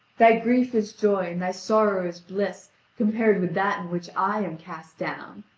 thy grief is joy and thy sorrow is bliss compared with that in which i am cast down.